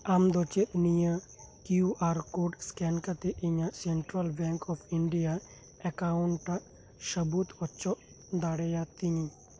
ᱟᱢ ᱫᱚ ᱪᱮᱫ ᱱᱤᱭᱟᱹ ᱠᱤᱭᱩ ᱟᱨ ᱠᱳᱰ ᱥᱠᱮᱱ ᱠᱟᱛᱮᱜ ᱤᱧᱟᱜ central bank of India account ᱥᱟᱵᱩᱫᱽ ᱚᱪᱚᱜ ᱫᱟᱲᱮᱭᱟᱛᱤᱧ